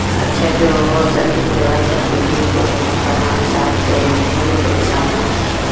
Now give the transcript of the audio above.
اچھا جو وہ سیم کے بھائی صرف الدین تھے فرحان صاحب تھے وہ بھی تو کسان ہیں